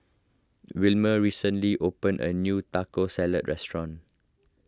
Wilmer recently opened a new Taco Salad restaurant